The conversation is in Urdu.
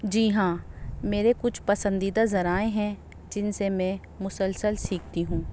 جی ہاں میرے کچھ پسندیدہ ذرائع ہیں جن سے میں مسلسل سیکھتی ہوں